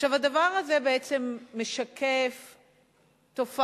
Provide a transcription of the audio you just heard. הדבר הזה בעצם משקף תופעה.